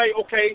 Okay